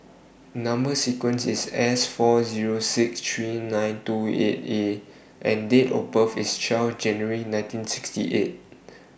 Number sequence IS S four Zero six three nine two eight A and Date of birth IS twelve January nineteen sixty eight